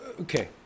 okay